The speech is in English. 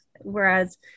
Whereas